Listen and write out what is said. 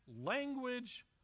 language